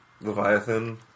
Leviathan